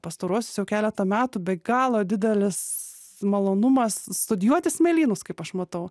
pastaruosius jau keletą metų be galo didelis malonumas studijuoti smėlynus kaip aš matau